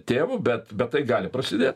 tėvu bet bet tai gali prasidėt